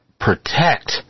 protect